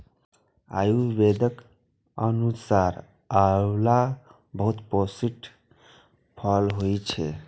आयुर्वेदक अनुसार आंवला बहुत पौष्टिक फल होइ छै